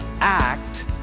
act